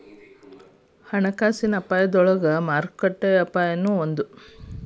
ಹಣಕಾಸಿನ ಅಪಾಯದೊಳಗ ಮಾರುಕಟ್ಟೆ ಅಪಾಯನೂ ಒಂದ್